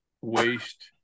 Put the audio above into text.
waste